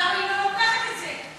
למה היא לא לוקחת את זה?